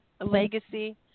Legacy